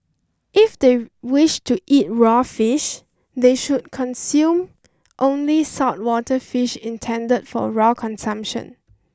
if they wish to eat raw fish they should consume only saltwater fish intended for raw consumption